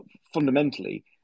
fundamentally